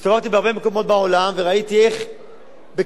הסתובבתי בהרבה מקומות בעולם וראיתי איך בקנאות